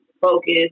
focus